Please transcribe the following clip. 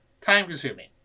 time-consuming